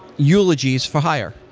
eulogies for hire.